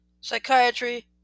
psychiatry